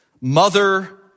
mother